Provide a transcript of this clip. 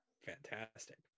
fantastic